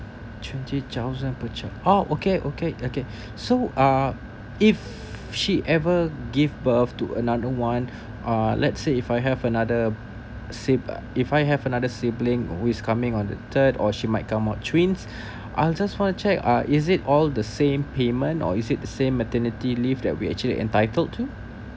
twenty thousand per child oh okay okay okay so uh if she ever give birth to another one uh let's say if I have another sibs~ if I have another sibling which coming on the third or she might come out twins I just wanna check uh is it all the same payment or is it the same maternity leave that we actually entitled to